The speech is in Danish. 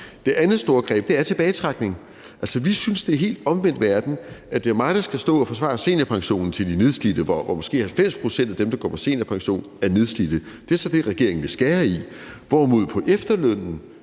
Det andet store greb er tilbagetrækning. Altså, vi synes, det er en helt omvendt verden, at det er mig, der skal stå og forsvare seniorpensionen til de nedslidte, hvor måske 90 pct. af dem, der går på seniorpension, er nedslidte – og det er så det, regeringen vil skære ned på –